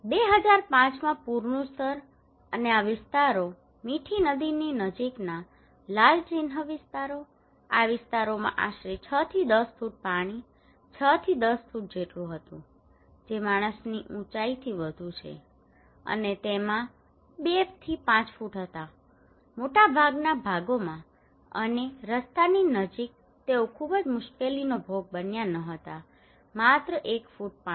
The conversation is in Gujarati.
2005 માં પૂરનું સ્તર અને આ વિસ્તારો મીઠી નદીની નજીકના લાલ ચિન્હ વિસ્તારો આ વિસ્તારોમાં આશરે છથી દસ ફૂટ પાણી છથી દસ ફૂટ જેટલું હતું જે માણસની ઊંચાઈથી વધુ છે અને તેમાં પણ બે થી પાંચ ફુટ હતા મોટાભાગના ભાગોમાં અને રસ્તાની નજીક તેઓ ખૂબ જ મુશ્કેલીનો ભોગ બન્યા ન હતા માત્ર એક ફૂટ પાણી